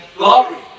glory